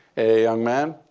hey, young man.